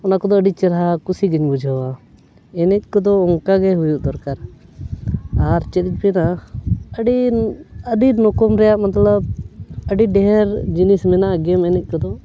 ᱚᱱᱟ ᱠᱚᱫᱚ ᱟᱹᱰᱤ ᱪᱮᱦᱨᱟ ᱠᱩᱥᱤ ᱜᱤᱧ ᱵᱩᱡᱷᱟᱹᱣᱟ ᱮᱱᱮᱡ ᱠᱚᱫᱚ ᱚᱱᱠᱟ ᱜᱮ ᱦᱩᱭᱩᱜ ᱫᱚᱨᱠᱟᱨ ᱟᱨ ᱪᱮᱫ ᱤᱧ ᱢᱮᱱᱟ ᱟᱹᱰᱤ ᱟᱹᱰᱤ ᱨᱚᱠᱚᱢ ᱨᱮᱱᱟᱜ ᱢᱚᱛᱞᱚᱵᱽ ᱟᱹᱰᱤ ᱰᱷᱮᱨ ᱡᱤᱱᱤᱥ ᱢᱮᱱᱟᱜᱼᱟ ᱜᱮᱢ ᱮᱱᱮᱡ ᱠᱚᱫᱚ